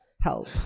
help